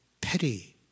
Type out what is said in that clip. petty